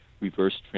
reverse